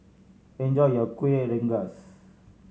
enjoy your Kueh Rengas